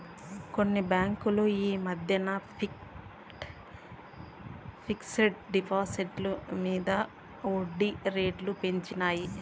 కొన్ని బాంకులు ఈ మద్దెన ఫిక్స్ డ్ డిపాజిట్ల మింద ఒడ్జీ రేట్లు పెంచినాయి